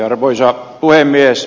arvoisa puhemies